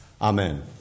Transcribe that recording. Amen